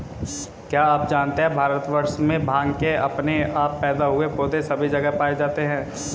क्या आप जानते है भारतवर्ष में भांग के अपने आप पैदा हुए पौधे सभी जगह पाये जाते हैं?